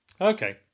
okay